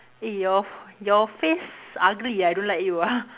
eh your your face ugly ah I don't like you ah